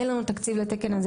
השנה אין לנו תקציב לתקן הזה,